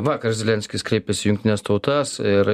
vakar zelenskis kreipėsi į jungtines tautas ir